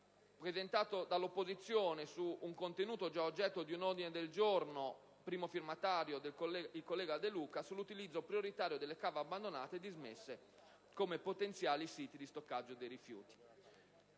presentato dall'opposizione su un contenuto già oggetto di un ordine del giorno, di cui primo firmatario è il collega De Luca, sull'utilizzo prioritario delle cave abbandonate e dismesse come potenziali siti di stoccaggio dei rifiuti.